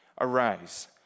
arise